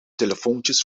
telefoontjes